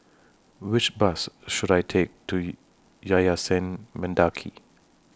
Which Bus should I Take to Yayasan Mendaki